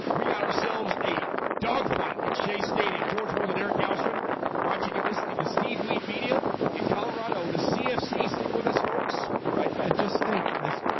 we got ourselves a dogfight at shea stadium george holden derek gow strid you're watching you listening to steve weed media in colorado the cfc stick with us folks we'll be right back. just think this